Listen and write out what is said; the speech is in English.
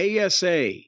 ASA